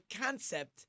concept